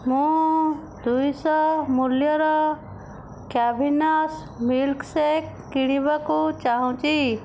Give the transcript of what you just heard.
ମୁଁ ଦୁଇ ଶହ ମୂଲ୍ୟର କ୍ୟାଭିନାସ୍ ମିଲ୍କ ଶେକ୍ କିଣିବାକୁ ଚାହୁଁଛି